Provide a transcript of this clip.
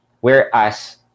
Whereas